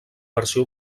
versió